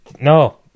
No